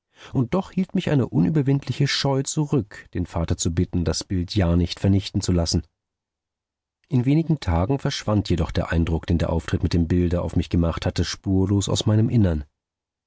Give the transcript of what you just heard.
und doch hielt mich eine unüberwindliche scheu zurück den vater zu bitten das bild ja nicht vernichten zu lassen in wenigen tagen verschwand jedoch der eindruck den der auftritt mit dem bilde auf mich gemacht hatte spurlos aus meinem innern